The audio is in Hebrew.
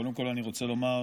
קודם כל אני רוצה לומר